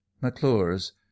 McClure's